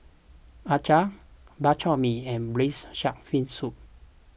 Acar Bak Chor Mee and Braised Shark Fin Soup